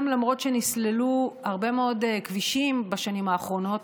למרות שנסללו הרבה מאוד כבישים בשנים האחרונות,